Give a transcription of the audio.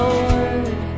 Lord